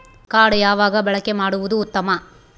Card ಯಾವಾಗ ಬಳಕೆ ಮಾಡುವುದು ಉತ್ತಮ?